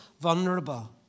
vulnerable